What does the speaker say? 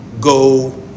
go